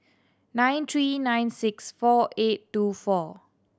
nine three nine six four eight two four